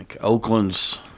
Oakland's